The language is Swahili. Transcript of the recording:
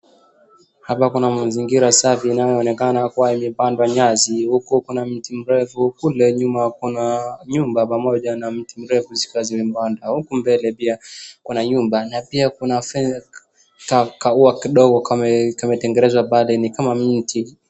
Hapa kuna mazingira safi inayoonekana kuwa imepandwa nyasi. Huku kuna mti mrefu, kule nyuma kuna nyumba pamoja na mti mrefu zika zimepandwa. Huku mbele pia kuna nyumba na pia kuna kaua kidogo kametengenezwa pale ni kama mti.